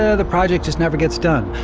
ah the project just never gets done.